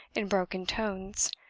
in broken tones.